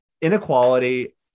Inequality